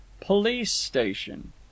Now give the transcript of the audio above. police-station